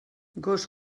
gos